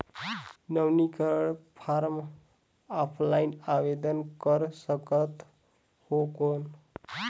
नवीनीकरण form offline आवेदन कर सकत हो कौन?